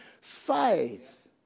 faith